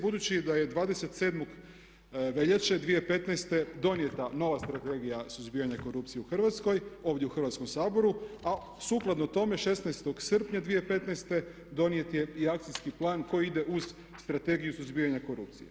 Budući da je 27. veljače 2015. donijeta nova Strategija suzbijanja korupcije u Hrvatskoj, ovdje u Hrvatskom saboru a sukladno tome 16. srpnja 2015. donijet je i Akcijski plan koji ide uz strategiju suzbijanja korupcije.